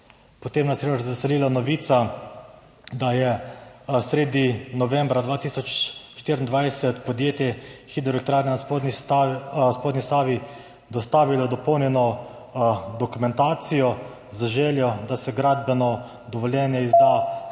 Potem nas je razveselila novica, da je sredi novembra 2024 podjetje Hidroelektrarne na Spodnji Savi dostavilo dopolnjeno dokumentacijo z željo, da se gradbeno dovoljenje izda še